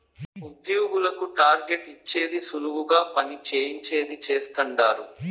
ఉద్యోగులకు టార్గెట్ ఇచ్చేది సులువుగా పని చేయించేది చేస్తండారు